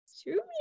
two